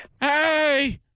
Hey